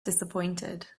disappointed